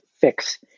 fix